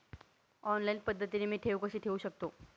Online पद्धतीने मी ठेव कशी ठेवू शकतो?